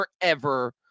forever